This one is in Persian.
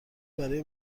برای